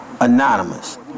Anonymous